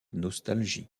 nostalgie